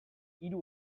hiru